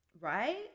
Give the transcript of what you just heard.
right